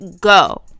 go